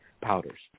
powders